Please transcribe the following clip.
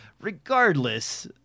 Regardless